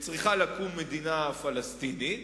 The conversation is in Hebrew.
שצריכה לקום מדינה פלסטינית